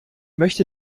möchte